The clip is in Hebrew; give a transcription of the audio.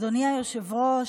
אדוני היושב-ראש,